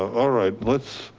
ah alright. let's